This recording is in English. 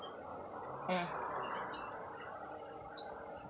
mm